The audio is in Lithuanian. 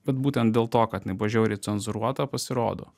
bet būten dėl to kad jinai buvo žiauriai cenzūruota pasirodo